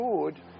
good